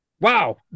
Wow